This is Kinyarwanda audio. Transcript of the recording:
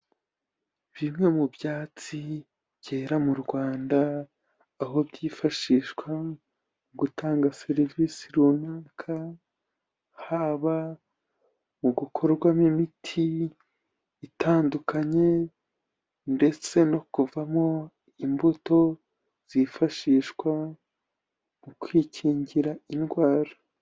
Bimwe mu byatsi byera mu Rwanda aho byifashishwa mu gutanga serivisi runaka haba mu gukorwamo imiti itandukanye ndetse no kuvamo imbuto zifashishwa mu kwikingira indwara.